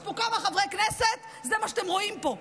יש פה כמה חברי כנסת, זה מה שאתם רואים פה.